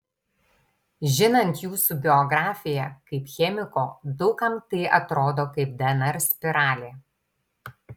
žinant jūsų biografiją kaip chemiko daug kam tai atrodo kaip dnr spiralė